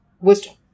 wisdom